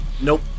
Nope